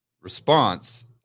response